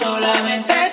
Solamente